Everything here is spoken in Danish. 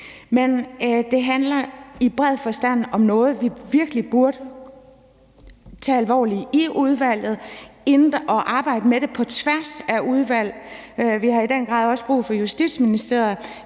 Det handler i bred forstand om noget, vi virkelig burde tage alvorligt i udvalgsbehandlingen og arbejde med på tværs af udvalg. Vi har i den grad også brug for Justitsministeriet.